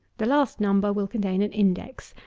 the last number will contain an index,